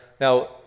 Now